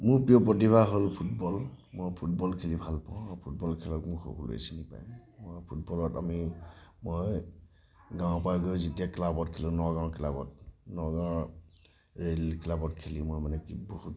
মোৰ প্ৰিয় প্ৰতিভা হ'ল ফুটবল মই ফুটবল খেলি ভাল পাওঁ আৰু ফুটবল খেলত মোক সকলোৱেই চিনি পায় মই ফুটবলত আমি মই গাৱঁৰ পৰা গৈ যেতিয়া ক্লাবত খেলোঁ নগাঁও ক্লাবত নগাঁৱৰ ৰেল ক্লাবত খেলি মই মানে বহুত